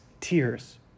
tears